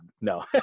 No